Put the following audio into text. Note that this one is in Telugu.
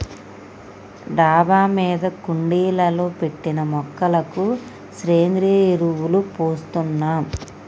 డాబా మీద కుండీలలో పెట్టిన మొక్కలకు సేంద్రియ ఎరువులు పోస్తున్నాం